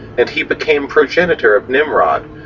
and he became progenitor of nimrod,